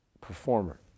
performer